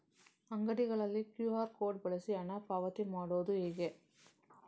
ಅಂಗಡಿಗಳಲ್ಲಿ QR code ಬಳಸಿ ಹಣ ಪಾವತಿ ಮಾಡೋದು ಹೇಗೆ?